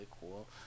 cool